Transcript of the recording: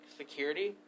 security